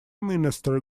minister